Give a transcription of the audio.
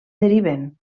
deriven